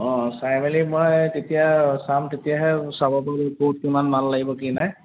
অঁ চাই মেলি মই তেতিয়া চাম তেতিয়াহে চাব পাৰিম ক'ত কিমান মাল লাগিব কি নাই